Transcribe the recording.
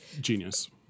genius